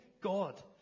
God